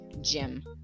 Gym